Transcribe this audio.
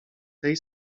tej